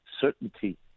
certainty